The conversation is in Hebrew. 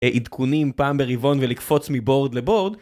עדכונים פעם ברבעון ולקפוץ מבורד לבורד,